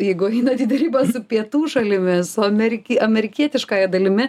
jeigu einat į derybas su pietų šalimis amerikie amerikietiškąja dalimi